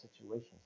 situations